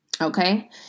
Okay